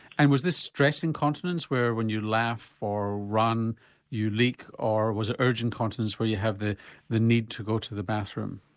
and was this stress incontinence where when you laugh or run you leak, or was it urgent incontinence where you have the the need to go to the bathroom?